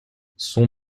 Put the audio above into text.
son